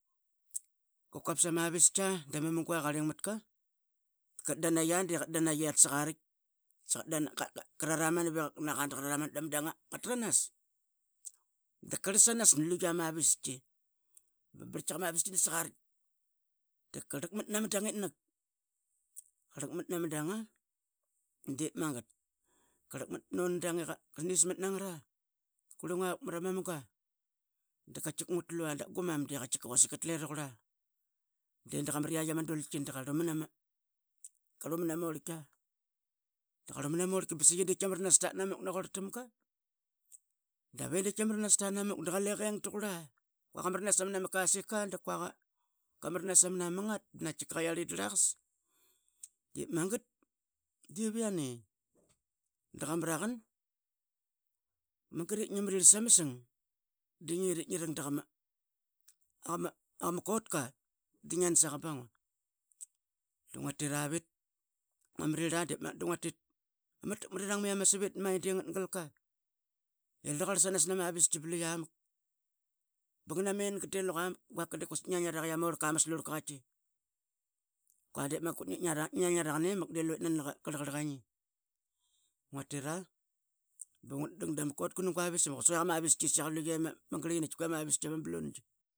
Ququap sama vistka dama mung a iparling matka qatdanaya saqaratki da qraramanap i qaknak dama dang nga tranas daprlasanas sluya ma viski. Barlitkiaq luya ma viski nasak aritk da qrlakmat nama dagnitnak grlakmat nama danga dep mangat, qarlaqmat nama danga dap grlinguavuk mrama manga da qaitki ngutlua da glumam de quasik qtleruqurla. Edaqua mriyaitk ama dulqa dqarlu mnamurl qia dqarlu mnam orlki. Ba sai ee de avait aratnamuk naquar tamnga de kale qeng turla qua qamranasnas samma daqua qamranas samma mangat naqaitki qaiarli drlaqas. Dep mangat dep i yan ee dqamraqan mangat ip ngunrirl samsang dingat ip ngirang dagama kotka di ngan saqa ba nga dnguatira vit ngumril dep magat dnguatit ama takmarirang mai i ama svitde ngat galka daqarlas samas nama vis blu yiamak banganamenga delu qa mak. Guaka de quasik ngang ngaraqa i qatki ama orlka ma slurlka qua dep magat qutngi ip ngarqa ne mak de lui nani qrlaqrla qangi ngutira bungu dang dama kotka nuga visam quasik yia qama viskia ama. tluqi. amavisama. amablungi.